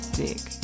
dick